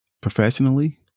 Professionally